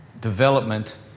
development